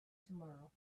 tomorrow